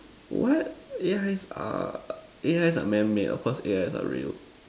what ya it's a A_I are A_Is are man made of course A_Is are real